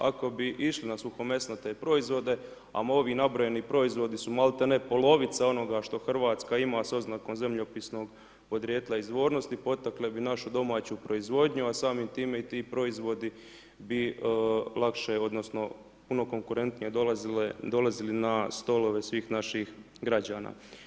Ako bi išli na suhomesnate proizvode, a ovi nabrojeni proizvodi su malte ne polovica onoga što RH ima s oznakom zemljopisnoga podrijetla izvornosti, potakle bi našu domaću proizvodnju, a samim time i ti proizvodi bi lakše odnosno puno konkurentnije dolazili na stolove svih naših građana.